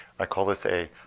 i call this a